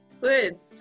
Good